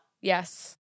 yes